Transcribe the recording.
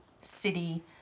city